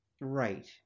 right